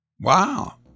Wow